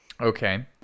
Okay